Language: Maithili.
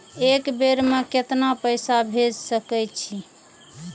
एक बेर में केतना पैसा भेज सके छी?